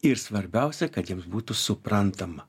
ir svarbiausia kad jiems būtų suprantama